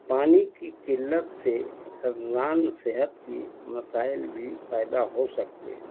پانی کی قلت سے حفضان صحت کی مسائل بھی پیدا ہو سکتے ہیں